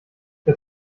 der